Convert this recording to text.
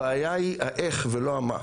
הבעיה היא האיך ולא המה.